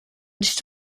nicht